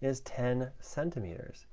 is ten centimeters.